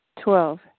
Twelve